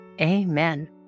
Amen